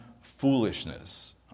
foolishness